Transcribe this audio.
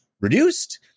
reduced